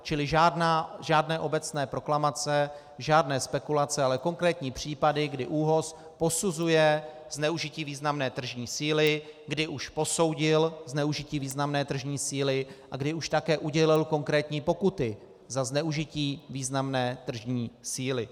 Čili žádné obecné proklamace, žádné spekulace, ale konkrétní případy, kdy ÚOHS posuzuje zneužití významné tržní síly, kdy už posoudil zneužití významné tržní síly a kdy už také udělil konkrétní pokuty za zneužití významné tržní síly.